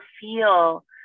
feel